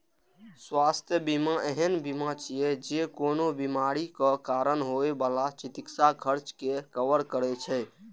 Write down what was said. स्वास्थ्य बीमा एहन बीमा छियै, जे कोनो बीमारीक कारण होइ बला चिकित्सा खर्च कें कवर करै छै